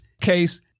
case